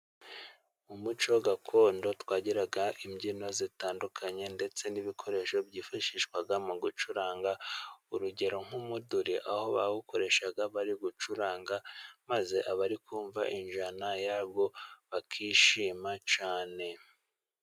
Mu muco gakondo twagiraga imbyino zitandukanye, ndetse n'ibikoresho byifashishwaga mu gucuranga, urugero nk'umuduri aho bawukoreshaga bari gucuranga maze abari kumva injyana yawo bakishima cyane.